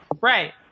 Right